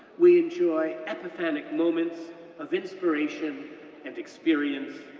we enjoy epenthetic moments of inspiration and experience,